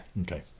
Okay